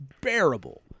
bearable